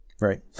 right